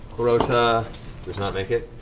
clarota does not make it.